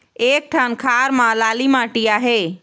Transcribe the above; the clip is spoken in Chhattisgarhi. एक ठन खार म लाली माटी आहे?